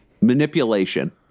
manipulation